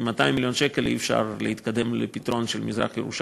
עם 200 מיליון שקל אי-אפשר להתקדם לפתרון למזרח-ירושלים,